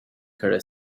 her